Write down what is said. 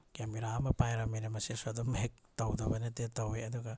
camera ꯑꯃ ꯄꯥꯏꯔꯃꯤꯅ ꯃꯁꯤꯁꯨ ꯑꯗꯨꯝ ꯍꯦꯛ ꯇꯧꯗꯕ ꯅꯠꯇꯦ ꯇꯧꯏ ꯑꯗꯨꯒ